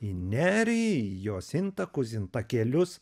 į nerį jos intakus intakelius